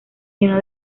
llenó